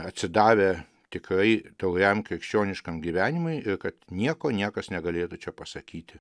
atsidavę tikrai tauriam krikščioniškam gyvenimui ir kad nieko niekas negalėtų čia pasakyti